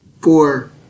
Four